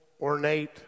ornate